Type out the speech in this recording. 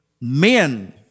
men